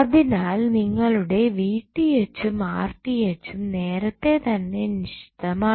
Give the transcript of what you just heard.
അതിനാൽ നിങ്ങളുടെ ഉം ഉം നേരത്തെ തന്നെ നിശ്ചിതമാണ്